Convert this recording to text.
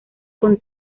con